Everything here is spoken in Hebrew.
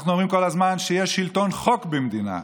אנחנו אומרים כל הזמן שיש שלטון חוק במדינה.